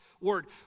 word